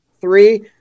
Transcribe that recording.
three